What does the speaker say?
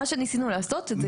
מה שניסינו לעשות זה לייצר איזון.